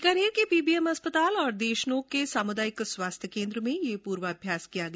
बीकानेर के पीबीएम अस्पताल और देशनोक के सामुदायिक स्वास्थ्य केन्द्र में ये पूर्वाभ्यास किया गया